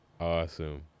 Awesome